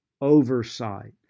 oversight